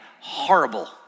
horrible